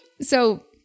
So-